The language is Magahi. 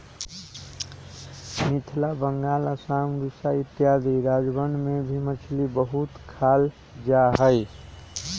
मिथिला बंगाल आसाम उड़ीसा इत्यादि राज्यवन में भी मछली बहुत खाल जाहई